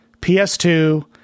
PS2